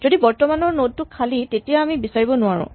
যদি বৰ্তমানৰ নড টো খালী তেতিয়া আমি বিচাৰিব নোৱাৰো